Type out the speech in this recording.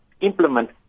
implement